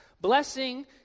Blessing